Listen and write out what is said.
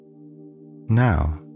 Now